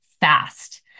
fast